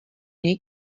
něj